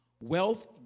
Wealth